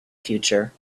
future